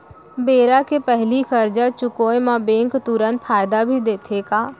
बेरा के पहिली करजा चुकोय म बैंक तुरंत फायदा भी देथे का?